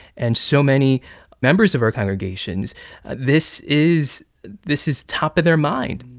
and so many members of our congregations this is this is top of their mind.